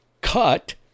cut